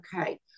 okay